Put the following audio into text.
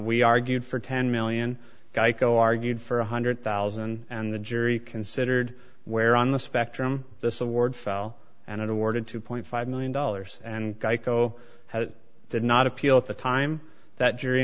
we argued for ten million geico argued for one hundred thousand and the jury considered where on the spectrum this award fell and it awarded two point five million dollars and geico had it did not appeal at the time that jury